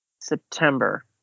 September